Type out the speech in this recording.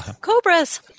Cobras